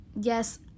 yes